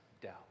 doubt